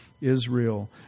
Israel